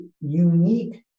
unique